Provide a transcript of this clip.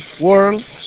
world